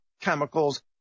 chemicals